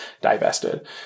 divested